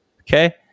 okay